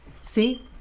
see